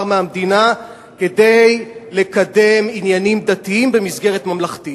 מהמדינה כדי לקדם עניינים דתיים במסגרת ממלכתית.